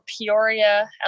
Peoria